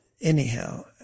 anyhow